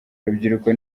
urubyiruko